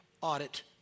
audit